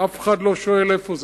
אף אחד לא שואל איפה זה.